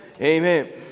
Amen